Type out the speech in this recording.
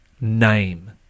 name